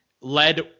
led